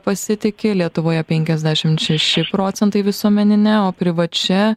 pasitiki lietuvoje penkiasdešim šeši procentai visuomenine o privačia